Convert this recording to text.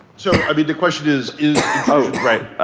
so i mean the question is, is intrusion right.